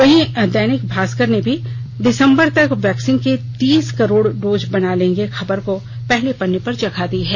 वहीं दैनिक भास्कर ने भी दिसंबर तक वैक्सीन के तीस करोड़ डोज बना लेंगे खबर को पहले पन्ने पर जगह दी है